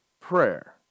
prayer